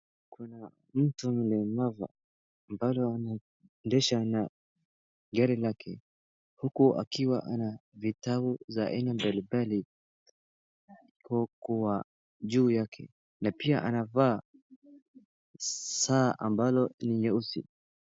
Kuna mtu mlemavu ambaye anaendesha gari lake, huku akiwa na vitabu za aina mbalimbali kwa kuwa juu yake na pia anavaa saa ambayo ni nyeusi.